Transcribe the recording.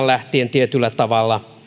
lähtien tietyllä tavalla